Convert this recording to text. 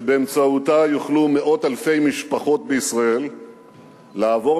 שבאמצעותה יוכלו אלפי משפחות בישראל לעבור